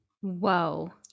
Whoa